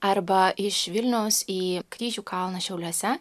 arba iš vilniaus į kryžių kalną šiauliuose